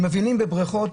הם מבינים בבריכות,